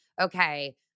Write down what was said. okay